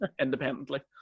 independently